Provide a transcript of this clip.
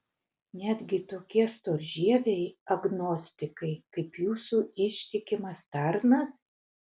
netgi tokie storžieviai agnostikai kaip jūsų ištikimas tarnas